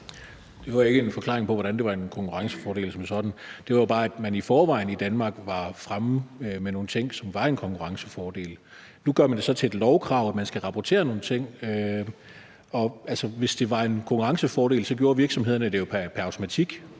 Det var ikke en forklaring på, hvordan det er en konkurrencefordel som sådan. Det var bare at sige, at man i forvejen i Danmark er fremme med nogle ting, som er en konkurrencefordel. Nu gør man det så til et lovkrav, at man skal rapportere nogle ting. Og hvis det var en konkurrencefordel, gjorde virksomhederne det jo pr. automatik.